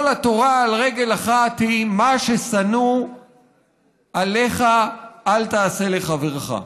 כל התורה על רגל אחת היא מה ששנוא עליך אל תעשה לחברך.